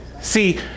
see